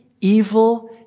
evil